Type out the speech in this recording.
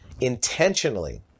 intentionally